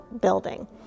Building